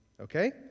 okay